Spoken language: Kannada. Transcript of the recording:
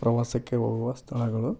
ಪ್ರವಾಸಕ್ಕೆ ಹೋಗುವ ಸ್ಥಳಗಳು